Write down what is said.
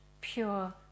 pure